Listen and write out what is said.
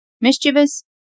Mischievous